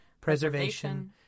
preservation